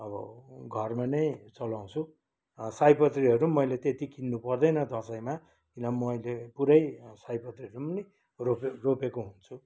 अब घरमा नै चलाउँछु सयपत्रीहरू पनि मैले त्यति किन्नुपर्दैन दसैँमा किन मैले पुरै सयपत्रीहरू पनि रोपे रोपेको हुन्छु